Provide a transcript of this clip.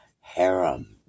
harem